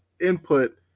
input